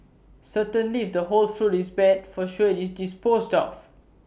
certainly if the whole fruit is bad for sure IT is disposed of